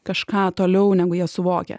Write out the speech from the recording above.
kažką toliau negu jie suvokia